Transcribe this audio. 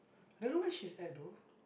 I don't know where she's at though